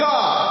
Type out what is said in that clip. God